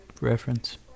reference